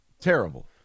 terrible